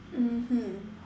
mmhmm